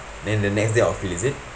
then the next day outfield is it